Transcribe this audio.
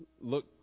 look